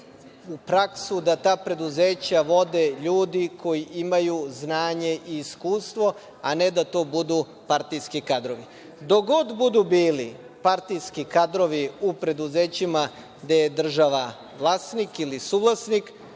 u praksu da ta preduzeća vode ljudi koji imaju znanje i iskustvo, a ne da to budu partijski kadrovi. Dokle god budu bili partijski kadrovi u preduzećima gde je država vlasnik ili suvlasnik,